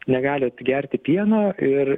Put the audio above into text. negalit gerti pieno ir